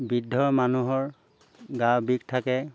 বৃদ্ধ মানুহৰ গা বিষ থাকে